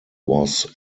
was